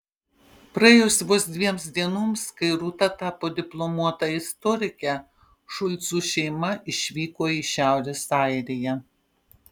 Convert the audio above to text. praėjus vos dviems dienoms kai rūta tapo diplomuota istorike šulcų šeima išvyko į šiaurės airiją